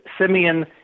Simeon